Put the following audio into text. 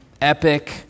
epic